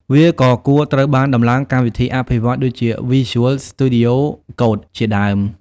វាក៏គួរត្រូវបានដំឡើងកម្មវិធីអភិវឌ្ឍន៍ ដូចជា Visual Studio Code ជាដើម។